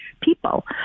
people